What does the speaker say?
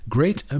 Great